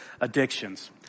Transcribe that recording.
addictions